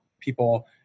people